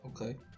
Okay